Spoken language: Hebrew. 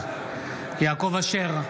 יעקב אשר,